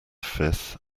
fifth